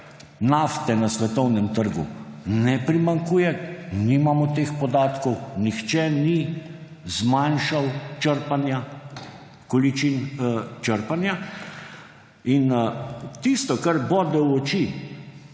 nafte na svetovnem trgu ne primanjkuje, nimamo teh podatkov, nihče ni zmanjšal količin črpanja. In tisto, kar bode v oči,